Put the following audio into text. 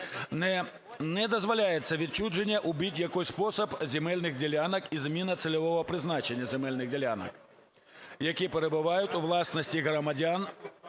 не дозволяється відчуження у будь-який спосіб земельних ділянок і зміна цільового призначення земельних ділянок, які перебувають у власності громадян